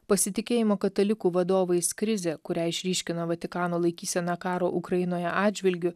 pasitikėjimo katalikų vadovais krizė kurią išryškino vatikano laikysena karo ukrainoje atžvilgiu